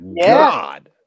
god